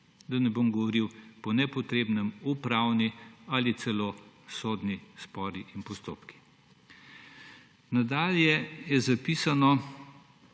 da ne bom govoril o nepotrebnih upravnih ali celo sodnih sporih in postopkih. Nadalje je zapisano,